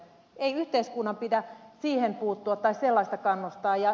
ei yhteiskunnan pidä siihen puuttua tai sellaista kannustaa